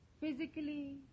physically